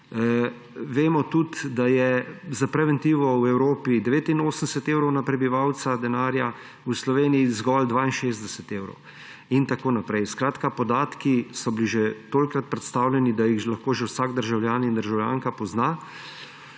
Vemo tudi, da je za preventivo v Evropi 89 evrov denarja na prebivalca, v Sloveniji zgolj 62 evrov, in tako naprej. Skratka, podatki so bili že tolikokrat predstavljeni, da jih lahko že vsak državljan in državljanka pozna.